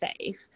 safe